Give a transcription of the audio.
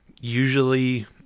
usually